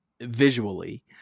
visually